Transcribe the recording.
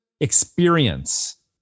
experience